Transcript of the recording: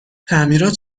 تعمیرات